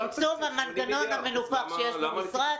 צמצום המנגנון המנופח שיש במשרד,